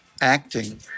acting